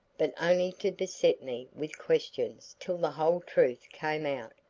but only to beset me with questions till the whole truth came out.